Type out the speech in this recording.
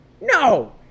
No